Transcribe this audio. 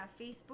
Facebook